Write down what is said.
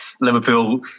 Liverpool